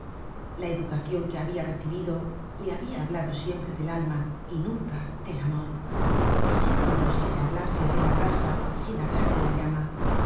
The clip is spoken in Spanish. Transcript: la educacion que habia recibido le habia hablado siempre del alma y nunca del amor asi come si se hablase de la brasa sin hablar de la llama